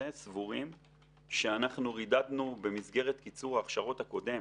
סבורים שאנחנו רידדנו במסגרת קיצור ההכשרות הקודם